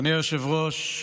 אדוני היושב-ראש,